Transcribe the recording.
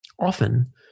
Often